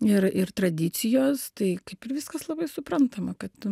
ir ir tradicijos tai kaip ir viskas labai suprantama kad